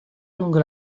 lungo